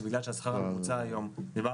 שבגלל שהשכר הממוצע היום גבוה